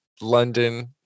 London